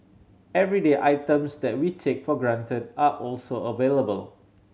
everyday items that we take for granted are also available